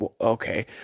okay